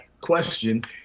question